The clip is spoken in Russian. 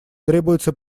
требуется